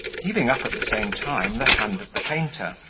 heaving up at the same time the hand of the painter,